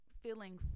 feeling